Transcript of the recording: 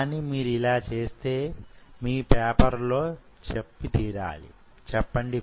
కానీ మీరిలా చేస్తే మీ పేపర్లో చెప్పండి